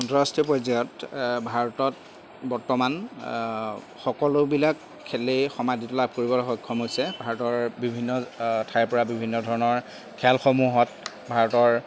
আন্তঃৰাষ্ট্ৰীয় পৰ্যায়ত ভাৰতত বৰ্তমান সকলোবিলাক খেলেই সমাধীত লাভ কৰিবলৈ সক্ষম হৈছে ভাৰতৰ বিভিন্ন ঠাইৰ পৰা বিভিন্ন ধৰণৰ খেলসমূহত ভাৰতৰ